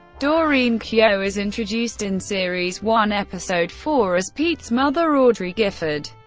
doreen keogh is introduced in series one, episode four as pete's mother audrey gifford.